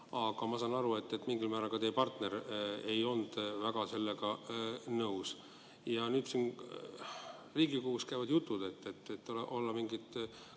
aga ma saan aru, et mingil määral ka teie partner ei olnud väga sellega nõus. Ja nüüd siin Riigikogus käivad jutud, et te olla mingit